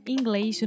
Inglês